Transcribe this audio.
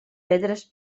pedres